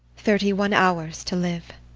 thirty-one hours to live.